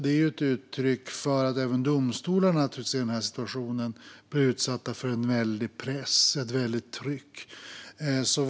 Det är ju ett uttryck för att även domstolarna blir utsatta för en väldig press och ett väldigt tryck i denna situation.